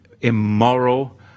immoral